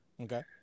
Okay